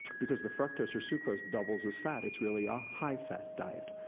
because the fructose or sucrose doubles as fat, it's really a high fat diet.